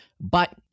But-